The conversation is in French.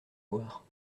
boire